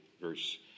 Verse